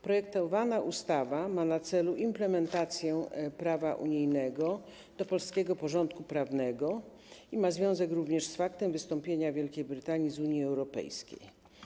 Projektowana ustawa ma na celu implementację prawa unijnego do polskiego porządku prawnego i ma związek również z faktem wystąpienia Wielkiej Brytanii z Unii Europejskiej.